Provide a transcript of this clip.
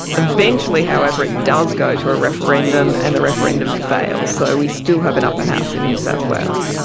eventually however it does go to a referendum and the referendum fails. so we still have an upper house in new south wales.